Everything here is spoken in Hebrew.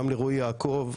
גם לרועי יעקב,